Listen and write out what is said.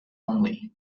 only